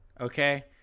okay